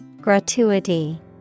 Gratuity